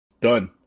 Done